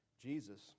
Jesus